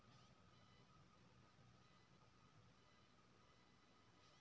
आवर्ति जमा केना करबे बचत खाता से पैसा कैट जेतै की?